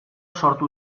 sortu